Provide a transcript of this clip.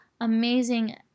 amazing